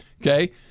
Okay